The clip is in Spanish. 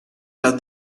las